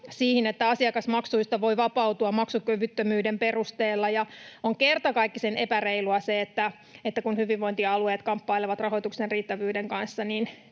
että asiakasmaksuista voi vapautua maksukyvyttömyyden perusteella. Ja on kertakaikkisen epäreilua se, että kun hyvinvointialueet kamppailevat rahoituksen riittävyyden kanssa,